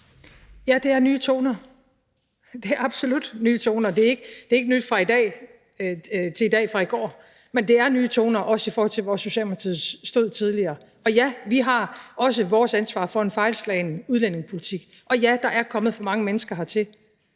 Ja, det er nye toner. Det er absolut nye toner. Det er ikke nyt fra i går til i dag, men det er nye toner, også i forhold til hvor Socialdemokratiet stod tidligere. Og ja, vi har også vores ansvar for en fejlslagen udlændingepolitik, og ja, der er kommet for mange mennesker hertil,